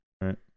right